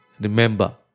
Remember